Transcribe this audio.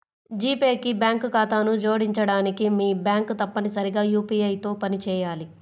G Pay కి bank ఖాతాను జోడించడానికి, మీ బ్యాంక్ తప్పనిసరిగా యూ.పీ.ఐ తో పనిచేయాలి